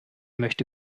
möchte